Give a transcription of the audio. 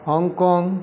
Hong Kong